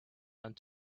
and